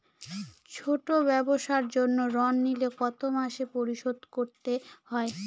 ছোট ব্যবসার জন্য ঋণ নিলে কত মাসে পরিশোধ করতে হয়?